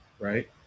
right